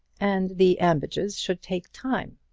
and the ambages should take time.